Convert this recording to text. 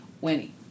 Winnie